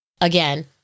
again